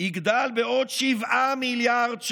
יגדל בעוד 7 מיליארד שקלים,